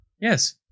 Yes